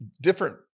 Different